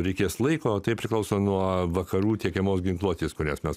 reikės laiko tai priklauso nuo vakarų tiekiamos ginkluotės kurias mes